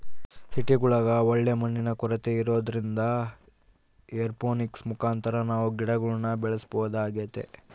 ಸಿಟಿಗುಳಗ ಒಳ್ಳೆ ಮಣ್ಣಿನ ಕೊರತೆ ಇರೊದ್ರಿಂದ ಏರೋಪೋನಿಕ್ಸ್ ಮುಖಾಂತರ ನಾವು ಗಿಡಗುಳ್ನ ಬೆಳೆಸಬೊದಾಗೆತೆ